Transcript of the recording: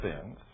sins